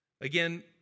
again